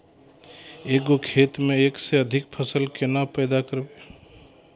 एक गो खेतो मे एक से अधिक फसल केना पैदा करबै?